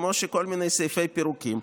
כמו כל מיני סעיפי פירוקים.